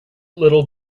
little